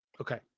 Okay